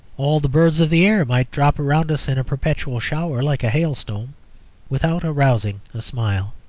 all the birds of the air might drop around us in a perpetual shower like a hailstorm without arousing a smile.